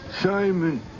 Simon